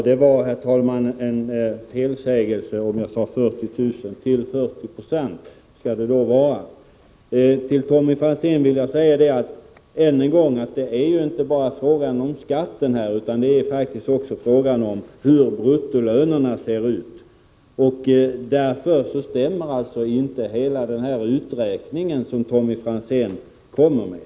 Herr talman! Det var en felsägning om jag sade 40 000 — 40 92 skall det vara. Jag vill än en gång säga till Tommy Franzén att det inte bara är fråga om skatten — det är faktiskt också fråga om hur bruttolönerna ser ut. Därför stämmer inte den uträkning som Tommy Franzén gjort.